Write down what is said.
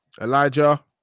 Elijah